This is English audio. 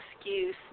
excuse